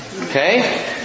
Okay